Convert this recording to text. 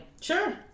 sure